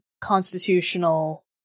constitutional